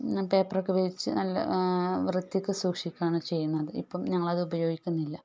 പേപ്പറൊക്കെ വിരിച്ച് നല്ല വൃത്തിക്ക് സൂക്ഷിക്കുകയാണ് ചെയ്യുന്നത് ഇപ്പം ഞങ്ങളത് ഉപയോഗിക്കുന്നില്ല